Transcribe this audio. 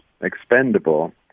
expendable